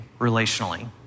relationally